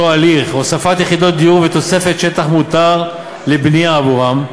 הליך הוספת יחידות דיור ותוספת שטח מותר לבנייה עבורן,